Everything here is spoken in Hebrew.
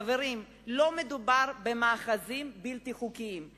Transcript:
חברים, לא מדובר במאחזים בלתי חוקיים.